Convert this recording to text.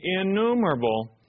innumerable